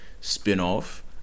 spin-off